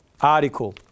article